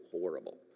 horrible